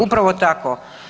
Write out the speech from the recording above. Upravo tako.